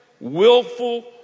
willful